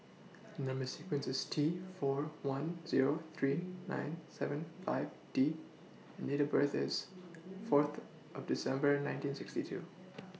Number sequence IS T four one Zero three nine seven five D and Date of birth IS forth of December nineteen sixty two